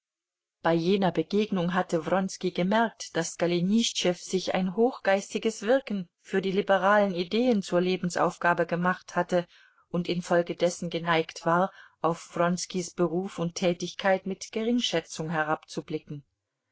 bei jener begegnung hatte wronski gemerkt daß golenischtschew sich ein hochgeistiges wirken für die liberalen ideen zur lebensaufgabe gemacht hatte und infolgedessen geneigt war auf wronskis beruf und tätigkeit mit geringschätzung